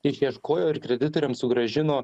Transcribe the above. išieškojo ir kreditoriams sugrąžino